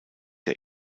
der